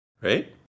Right